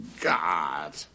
God